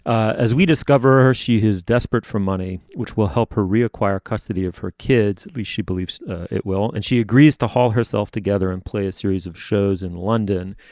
as we discover her she is desperate for money which will help her reacquire custody of her kids at least she believes it will and she agrees to haul herself together and play a series of shows in london.